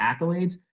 accolades